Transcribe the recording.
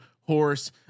horse